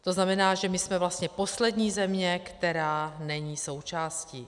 To znamená, že my jsme vlastně poslední země, která není součástí.